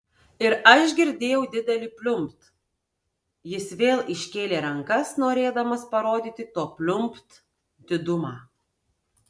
ir aš girdėjau didelį pliumpt jis vėl iškėlė rankas norėdamas parodyti to pliumpt didumą